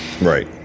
Right